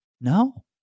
No